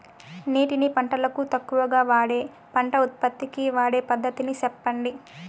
నీటిని పంటలకు తక్కువగా వాడే పంట ఉత్పత్తికి వాడే పద్ధతిని సెప్పండి?